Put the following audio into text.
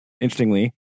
interestingly